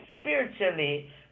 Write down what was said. spiritually